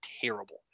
terrible